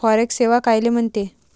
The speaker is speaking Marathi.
फॉरेक्स सेवा कायले म्हनते?